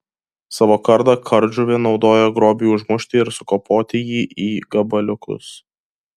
savo kardą kardžuvė naudoja grobiui užmušti ir sukapoti jį į gabaliukus